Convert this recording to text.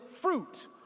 fruit